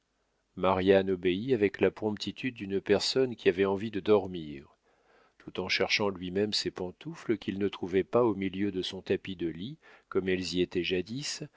obéit avec la promptitude d'une personne qui avait envie de dormir tout en cherchant lui-même ses pantoufles qu'il ne trouvait pas au milieu de son tapis de lit comme elles y étaient